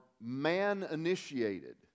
man-initiated